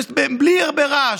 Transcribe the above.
בלי הרבה רעש,